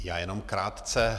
Já jenom krátce.